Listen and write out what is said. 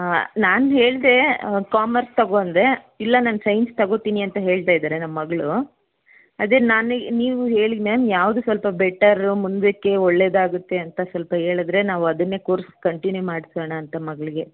ನಾನು ಹೇಳಿದೆ ಕಾಮರ್ಸ್ ತಗೋ ಅಂದೆ ಇಲ್ಲ ನಾನು ಸೈನ್ಸ್ ತಗೊತೀನಿ ಅಂತ ಹೇಳ್ತಾಯಿದ್ದಾರೆ ನಮ್ಮ ಮಗಳು ಅದೇ ನನಗೆ ನೀವು ಹೇಳಿ ಮ್ಯಾಮ್ ಯಾವುದು ಸ್ವಲ್ಪ ಬೆಟರು ಮುಂದಕ್ಕೆ ಒಳ್ಳೆಯದಾಗತ್ತೆ ಅಂತ ಸ್ವಲ್ಪ ಹೇಳದ್ರೆ ನಾವು ಅದನ್ನೇ ಕೋರ್ಸ್ ಕಂಟಿನ್ಯೂ ಮಾಡಿಸೋಣ ಅಂತ ಮಗಳಿಗೆ